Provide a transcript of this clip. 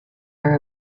are